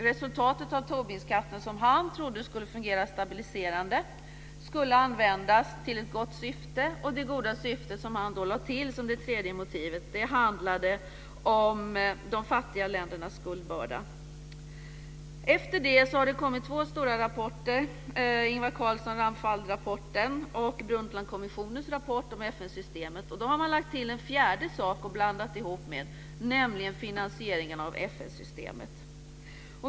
Resultatet av Tobinskatten, som han trodde skulle fungera stabiliserande, skulle användas till ett gott syfte. Detta goda syfte, som han lade till som det tredje motivet, handlade om de fattiga ländernas skuldbörda. Efter det har det kommit två stora rapporter, Ingvar Carlsson-Ramphal-rapporten och Brundtlandkommissionens rapport om FN-systemet. Där har man lagt till en fjärde sak, nämligen finansieringen av FN-systemet.